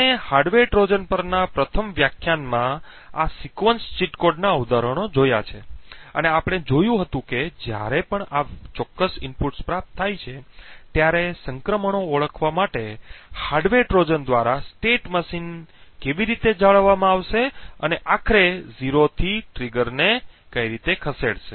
આપણે hardware Trojan પરના પ્રથમ વ્યાખ્યાનમાં આ સિક્વન્સ ચીટ કોડના ઉદાહરણો જોયા છે અને આપણે જોયું હતું કે જ્યારે પણ આ વિશિષ્ટ ઇનપુટ્સ પ્રાપ્ત થાય છે ત્યારે સંક્રમણો ઓળખવા માટે હાર્ડવેર ટ્રોજન દ્વારા રાજ્ય મશીન કેવી રીતે જાળવવામાં આવશે અને આખરે 0 થી ટ્રિગરને ખસેડશે